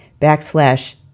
backslash